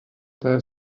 der